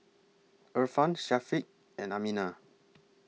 Irfan Syafiq and Aminah